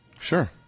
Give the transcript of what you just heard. Sure